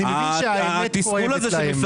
אתה כמו לופ.